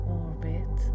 orbit